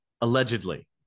Allegedly